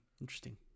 interesting